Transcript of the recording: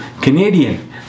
Canadian